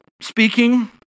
Speaking